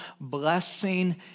blessing